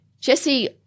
Jesse